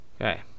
Okay